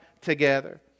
together